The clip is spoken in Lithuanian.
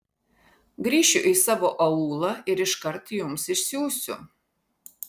grįšiu į savo aūlą ir iškart jums išsiųsiu